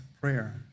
prayer